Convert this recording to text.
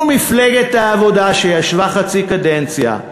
ומפלגת העבודה, שישבה חצי קדנציה.